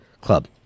Club